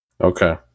okay